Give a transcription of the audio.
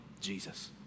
Jesus